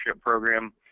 program